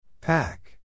Pack